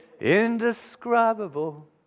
indescribable